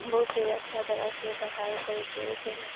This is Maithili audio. बहुते अच्छा तरहसँ पढ़ाइ करैत अछि